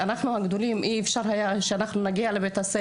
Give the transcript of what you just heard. שלא התאפשר לנו כקבוצה גדולה להגיע לשם.